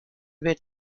wird